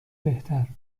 بهتر